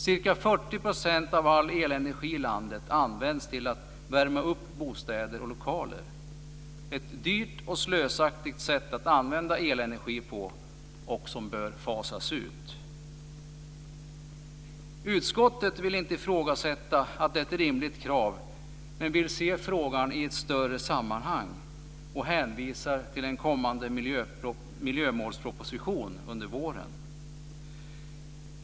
Ca 40 % av all elenergi i landet används till att värma upp bostäder och lokaler - ett dyrt och slösaktigt sätt att använda elenergi på som bör fasas ut. Utskottet vill inte ifrågasätta att detta är ett rimligt krav men vill se frågan i ett större sammanhang och hänvisar till en kommande miljömålsproposition under våren.